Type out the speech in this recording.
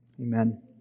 Amen